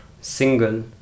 single